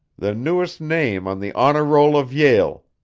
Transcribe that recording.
the newest name on the honor roll of yale,